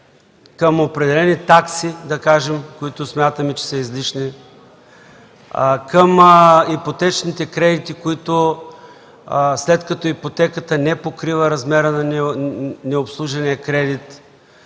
към определени такси, които смятаме, че са излишни, към ипотечните кредити, които, след като ипотеката не покрива размера на необслужения кредит